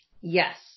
Yes